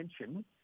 attention